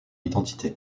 identité